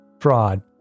fraud